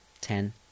Ten